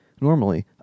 Normally